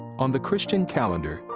on the christian calendar,